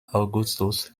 augustus